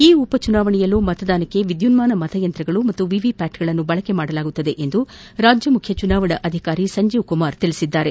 ಈ ಉಪಚುನಾವಣೆಯಲ್ಲೂ ಮತದಾನಕ್ಕೆ ವಿದ್ಯುನ್ಮಾನ ಮತಯಂತ್ರಗಳು ಹಾಗೂ ವಿವಿಪ್ಯಾಟ್ಗಳನ್ನು ಬಳಕೆ ಮಾಡಲಾಗುತ್ತದೆ ಎಂದು ರಾಜ್ಯಮುಖ್ಯ ಚುನಾವಣಾಧಿಕಾರಿ ಸಂಜೀವ್ಕುಮಾರ್ ತಿಳಿಸಿದ್ದಾರೆ